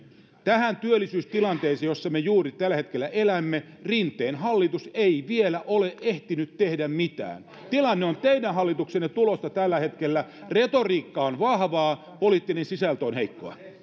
tähän työllisyystilanteeseen jossa me juuri tällä hetkellä elämme rinteen hallitus ei vielä ole ehtinyt tehdä mitään tilanne on teidän hallituksenne tulosta tällä hetkellä retoriikka on vahvaa poliittinen sisältö on heikkoa